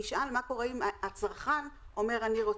נשאל מה קורה אם הצרכן אומר: אני רוצה.